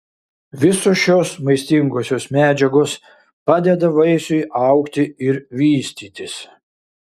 visos šios maistingosios medžiagos padeda vaisiui augti ir vystytis